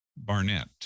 Barnett